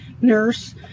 nurse